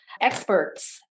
experts